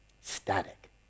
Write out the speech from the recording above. Static